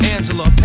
Angela